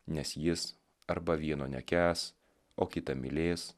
nes jis arba vieno nekęs o kitą mylės